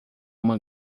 uma